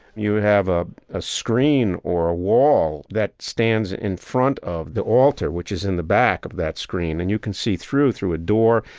you would have ah a screen or a wall that stands in front of the altar, which is in the back of that screen. and you can see through, through a door.